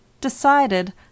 decided